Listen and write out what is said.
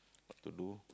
what to do